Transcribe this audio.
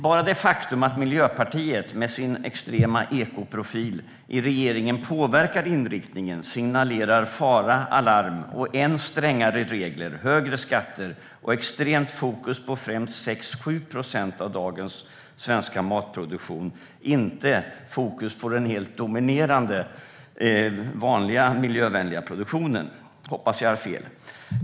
Bara det faktum att Miljöpartiet med sin extrema ekoprofil i regeringen påverkar inriktningen signalerar fara och alarm, ännu strängare regler, högre skatter och extremt fokus på främst 6-7 procent av dagens svenska matproduktion men inget fokus på den helt dominerande vanliga miljövänliga produktionen. Jag hoppas att jag har fel.